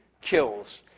kills